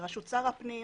בראשות שר הפנים,